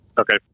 Okay